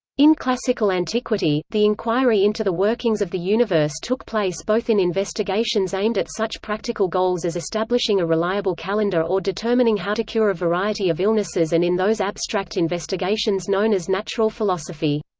in classical antiquity, the inquiry into the workings of the universe took place both in investigations aimed at such practical goals as establishing a reliable calendar or determining how to cure a variety of illnesses and in those abstract investigations known as natural philosophy.